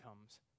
comes